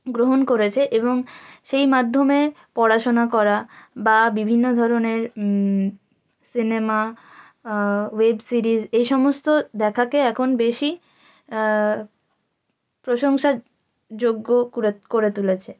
গ্রহণ করেছে এবং সেই মাধ্যমে পড়াশোনা করা বা বিভিন্ন ধরনের সিনেমা ওয়েব সিরিজ এই সমস্ত দেখাকে এখন বেশি প্রশংসাযোগ্য করে তুলেছে